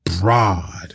broad